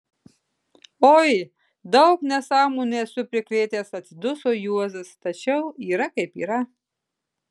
oi daug nesąmonių esu prikrėtęs atsiduso juozas tačiau yra kaip yra